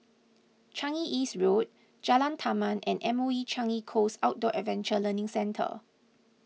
Changi East Road Jalan Taman and M O E Changi Coast Outdoor Adventure Learning Centre